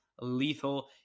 lethal